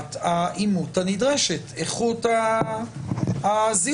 רמת האימות הנדרשת, איכות הזיהוי.